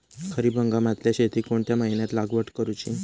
खरीप हंगामातल्या शेतीक कोणत्या महिन्यात लागवड करूची?